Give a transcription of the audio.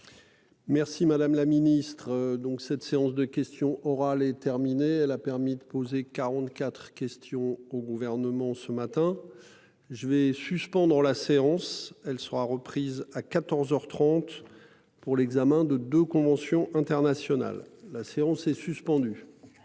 Merci madame la ministre donc cette séance de questions orales est terminée, elle a permis de poser 44 question au gouvernement ce matin. Je vais suspendre la séance. Elle sera reprise à 14h 30 pour l'examen de de conventions internationales, la séance est suspendue.